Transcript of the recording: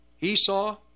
Esau